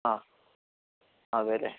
ആ അതെ അല്ലേ